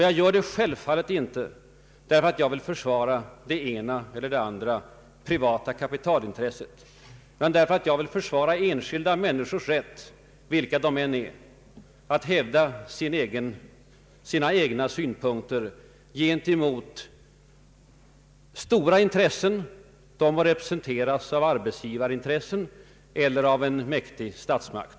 Jag gör det självfallet inte heller därför att jag vill försvara det ena eller det andra privata kapitalintresset utan därför att jag vill försvara enskilda människors rätt — vilka de än är — att hävda sina egna synpunkter gentemot stora intressen, dessa må representeras av arbetsgivarna eller en mäktig statsmakt.